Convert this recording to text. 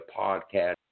podcast